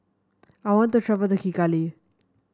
I want to travel to Kigali